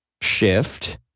shift